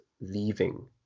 leaving